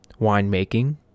winemaking